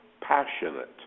passionate